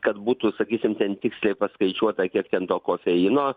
kad būtų sakysim ten tiksliai paskaičiuota kiek ten to kofeino